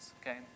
Okay